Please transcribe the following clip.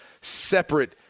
separate